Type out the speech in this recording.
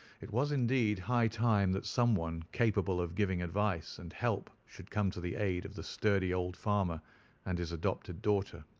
it was, indeed, high time that someone capable of giving advice and help should come to the aid of the sturdy old farmer and his adopted daughter.